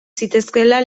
zitezkeela